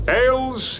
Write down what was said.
ales